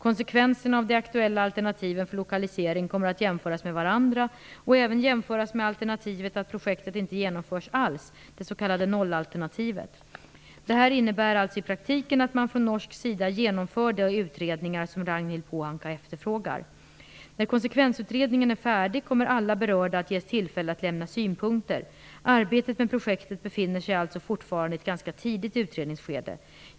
Konsekvenserna av de aktuella alternativen för lokalisering kommer att jämföras med varandra och även med alternativet att projektet inte genomförs alls, det s.k. nollalternativet. Det här innebär alltså i praktiken att man från norsk sida genomför de utredningar som Ragnhild När konsekvensutredningen är färdig kommer alla berörda att ges tillfälle att lämna synpunkter. Arbetet med projektet befinner sig alltså fortfarande i ett ganska tidigt utredningsskede.